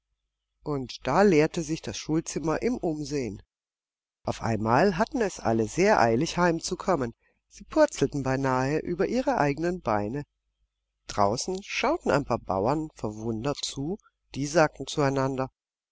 und da leerte sich das schulzimmer im umsehen auf einmal hatten es alle sehr eilig heimzukommen sie purzelten beinahe über ihre eigenen beine draußen schauten ein paar bauern verwundert zu die sagten zueinander